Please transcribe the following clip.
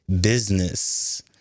business